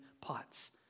pots